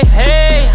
hey